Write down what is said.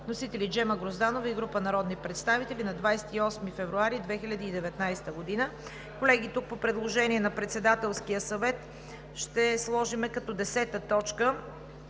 Вносители: Джема Грозданова и група народни представители на 28 февруари 2019 г.“ Колеги, тук по предложение на Председателския съвет ще сложим като т.